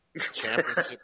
Championship